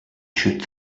should